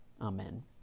Amen